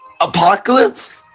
apocalypse